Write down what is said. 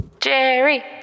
Jerry